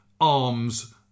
arms